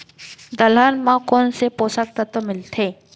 दलहन म कोन से पोसक तत्व मिलथे?